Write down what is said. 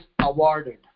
awarded